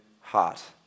heart